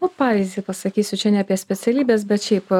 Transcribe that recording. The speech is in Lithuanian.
nu pavyzdį pasakysiu čia ne apie specialybes bet šiaip